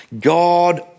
God